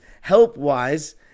help-wise